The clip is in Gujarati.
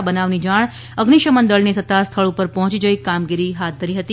આ બનાવની જાણ અઝિશમન દળને થતાં સ્થળ પર પહોંચી જઈ કામગીરી હાથ ધરી હતી